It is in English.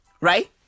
Right